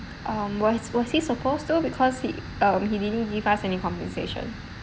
um was was he supposed to because he um he didn't give us any compensation